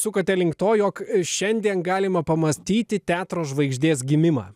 sukate link to jog šiandien galima pamatyti teatro žvaigždės gimimą